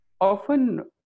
often